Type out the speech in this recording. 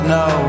no